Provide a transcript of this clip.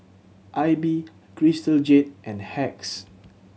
Aibi Crystal Jade and Hacks